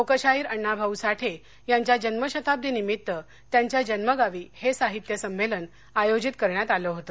लोकशाहीर अण्णाभाऊ साठे यांच्या जनमशताब्दीनिमित्त त्यांच्या जन्मगावी हे साहित्य संमेलन आयोजित करण्यात आलं होतं